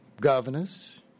Governors